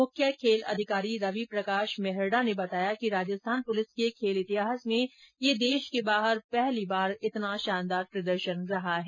मुख्य खेल अधिकारी रवि प्रकाश मेहरड़ा ने बताया कि राजस्थान पुलिस के खेल इतिहास में यह देश के बाहर पहली बार शानदार प्रदर्शन रहा है